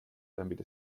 damit